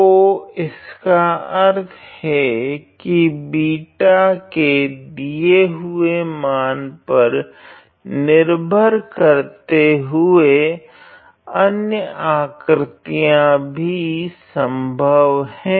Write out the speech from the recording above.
तो इसका अर्थ है की बीटा के दिए हुए मान पर निर्भर करते हुए अन्य आकृतियाँ भी संभव हैं